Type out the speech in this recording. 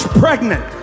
pregnant